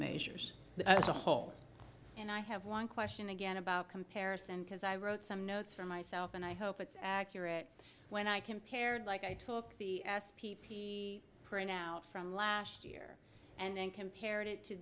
measures as a whole and i have one question again about comparison because i wrote some notes for myself and i hope it's accurate when i compared like i took the asp p p printout from last year and compared it to